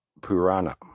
Purana